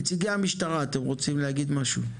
נציגי המשטרה, אתם רוצים להגיד משהו?